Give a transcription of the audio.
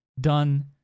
done